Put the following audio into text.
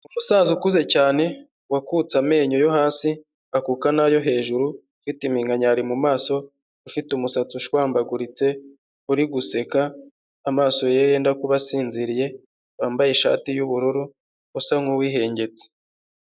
Umusaza ukuze cyane wakutse amenyo yo hasi, akuka n'ayo hejuru, ufite iminkanyari mu maso, ufite umusatsi ushwambaguritse uri guseka, amaso ye yenda kuba asinziriye, wambaye ishati y'ubururu, usa nk'uwihengetse.